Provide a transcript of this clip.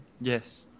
yes